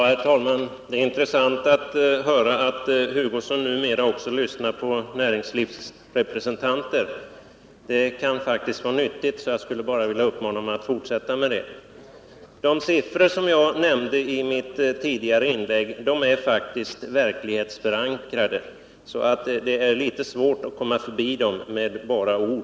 Herr talman! Det är intressant att höra att Kurt Hugosson numera också lyssnar på näringslivsrepresentanter. Det kan faktiskt vara nyttigt, så jag skulle bara vilja uppmana honom att fortsätta med det. De siffror som jag nämnde i mitt tidigare inlägg är verklighetsförankrade, så det är litet svårt att komma förbi dem med bara ord.